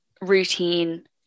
routine